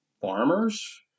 farmers